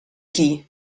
chi